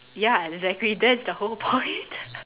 ya exactly that's the whole point